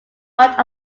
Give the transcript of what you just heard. part